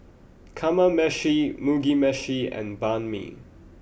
Kamameshi Mugi meshi and Banh Mi